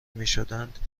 میشدند